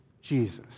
Jesus